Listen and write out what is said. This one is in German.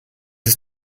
ist